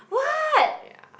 what